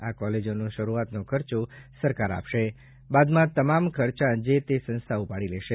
આ કોલેજનો શરૂઆતનો ખર્ચો સરકાર આપશે બાદમાં તમામ ખર્ચો જે તે સંસ્થા ઉપાડી લેશે